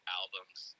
albums